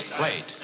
Wait